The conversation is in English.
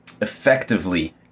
effectively